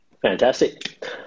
Fantastic